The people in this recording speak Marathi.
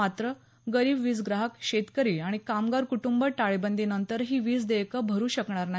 मात्र गरीब वीजग्राहक शेतकरी आणि कामगार कुटूंब टाळेबंदी नंतरही वीज देयक भरू शकणार नाही